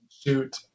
shoot